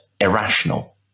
irrational